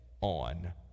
on